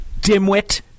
dimwit